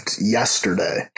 yesterday